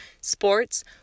sports